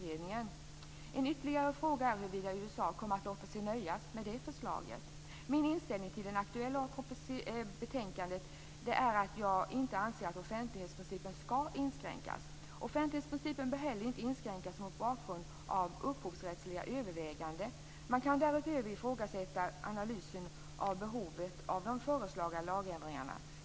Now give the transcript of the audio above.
En ytterligare fråga är huruvida USA kommer att låta sig nöjas med förslaget. Min inställning till det aktuella betänkandet är att offentlighetsprincipen inte ska inskränkas. Offentlighetsprincipen bör heller inte inskränkas mot bakgrund av upphovsrättsliga överväganden. Man kan därutöver ifrågasätta analysen av behovet av de föreslagna lagändringarna.